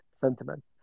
sentiment